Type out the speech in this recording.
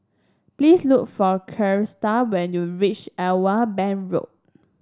please look for Christa when you reach Irwell Bank Road